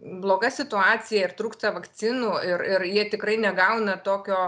bloga situacija ir trūksta vakcinų ir ir jie tikrai negauna tokio